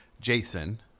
Jason